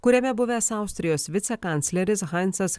kuriame buvęs austrijos vicekancleris hansas